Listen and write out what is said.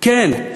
כן,